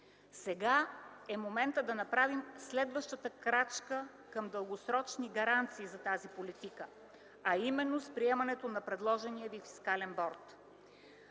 Сега е момента да направим следващата крачка към дългосрочни гаранции за тази политика, а именно с приемането на предложения ви фискален борд.